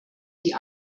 die